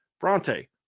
Bronte